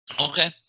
Okay